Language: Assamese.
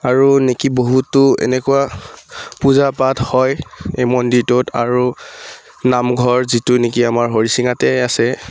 আৰু নেকি বহুতো এনেকুৱা পূজা পাঠ হয় এই মন্দিৰটোত আৰু নামঘৰ যিটো নেকি আমাৰ হৰিশিঙাতে আছে